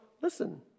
Listen